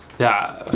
yeah,